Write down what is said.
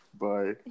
Bye